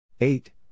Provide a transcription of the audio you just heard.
Eight